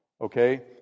okay